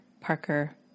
Parker